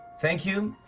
thank you,